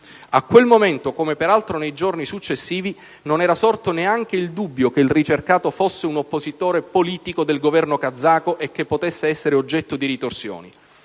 A quel momento, come peraltro nei giorni successivi, non era sorto neanche il dubbio che il ricercato fosse un oppositore politico del Governo kazako e che potesse essere oggetto di ritorsioni.